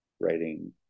writing